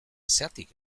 zergatik